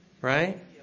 right